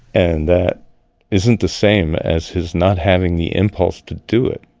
and that isn't the same as his not having the impulse to do it.